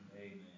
Amen